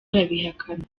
arabihakana